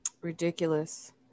Ridiculous